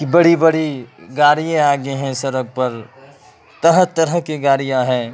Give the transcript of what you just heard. کہ بڑی بڑی گاڑی آگئے ہیں سڑک پر طرح طرح کی گاڑیاں ہیں